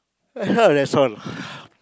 that's all